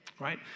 right